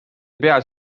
peas